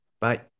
Bye